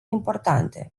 importante